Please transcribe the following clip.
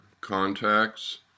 contacts